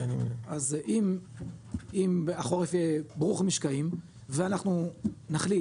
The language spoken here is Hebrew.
אז אם החורף יהיה ברוך משקעים ואנחנו נחליט